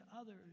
others